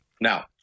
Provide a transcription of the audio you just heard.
Now